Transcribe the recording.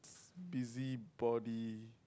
busybody